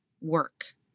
work